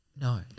No